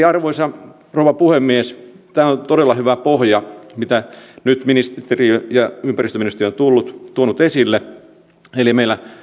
arvoisa rouva puhemies tämä on on todella hyvä pohja mitä nyt ministeriö ja ympäristöministeri ovat tuoneet esille meillä